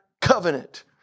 covenant